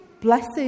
blessed